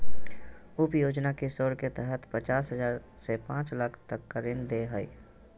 उप योजना किशोर के तहत पचास हजार से पांच लाख तक का ऋण दे हइ